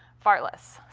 far less.